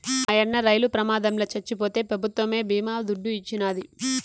మాయన్న రైలు ప్రమాదంల చచ్చిపోతే పెభుత్వమే బీమా దుడ్డు ఇచ్చినాది